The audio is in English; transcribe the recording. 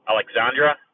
Alexandra